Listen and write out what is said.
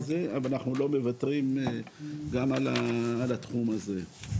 אבל אנחנו לא מוותרים גם על התחום הזה.